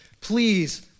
please